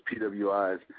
PWIs